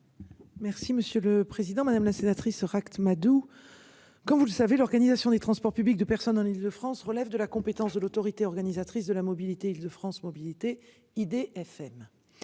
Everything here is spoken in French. Merci monsieur le président, madame la sénatrice Ract-Madoux. Comme vous le savez, l'organisation des transports publics de personnes en Ile-de-France relève de la compétence de l'autorité organisatrice de la mobilité Île-de-France mobilités IDFM